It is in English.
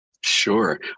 Sure